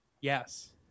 Yes